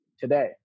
today